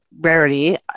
rarity